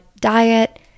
diet